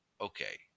Okay